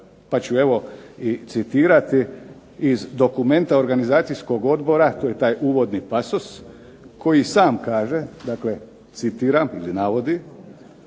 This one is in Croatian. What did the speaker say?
pa ću evo i citirati iz dokumenta organizacijskog odbora, to je taj uvodni pasus, koji sam kaže, dakle citiram ili navodi